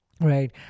right